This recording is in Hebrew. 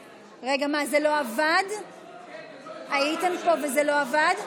הייתם פה וזה לא עבד?